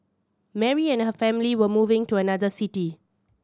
Mary and her family were moving to another city